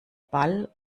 ball